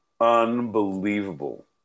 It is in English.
unbelievable